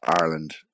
ireland